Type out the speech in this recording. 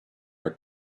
our